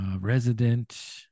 Resident